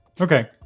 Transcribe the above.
Okay